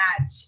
match